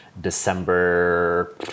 December